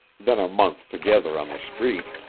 than a month together on the street.